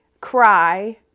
Cry